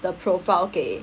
the profile 给